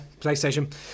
PlayStation